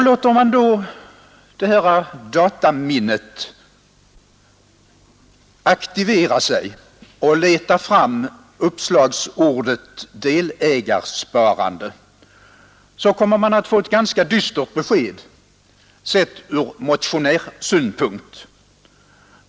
Låter man då det här dataminnet aktivera sig och leta fram uppslagsordet delägarsparande, så kommer man att få ett ganska dystert besked, sett från motionärssynpunkt.